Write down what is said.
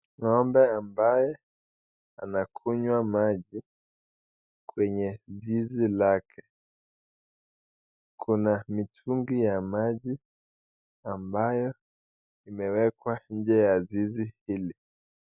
Ng'ombe ambaye anakunywa maji kwenye zizi lake. Kuna mitungi ya maji ambayo imewekwa nje ya zizi hili.